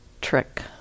trick